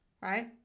right